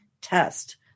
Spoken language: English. test